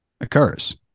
occurs